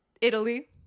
italy